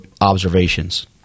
observations